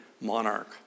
monarch